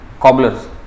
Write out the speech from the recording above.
cobblers